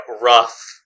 rough